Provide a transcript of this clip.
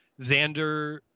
xander